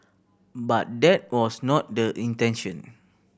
but that was not the intention